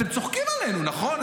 אתם צוחקים עלינו, נכון?